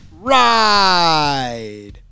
ride